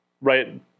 right